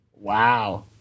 Wow